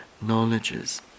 knowledges